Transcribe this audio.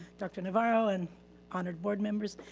dr. navarro, and honored board members.